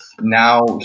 now